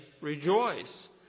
...rejoice